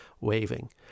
waving